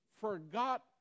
forgot